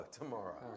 tomorrow